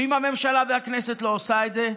אם הממשלה והכנסת לא עושות את זה,